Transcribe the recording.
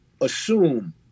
assume